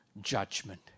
judgment